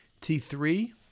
T3